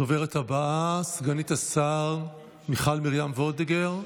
הדוברת הבאה, סגנית השר מיכל מרים וולדיגר.